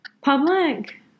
public